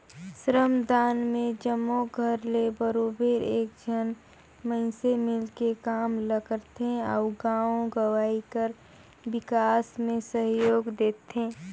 श्रमदान में जम्मो घर ले बरोबेर एक झन मइनसे मिलके काम ल करथे अउ गाँव गंवई कर बिकास में सहयोग देथे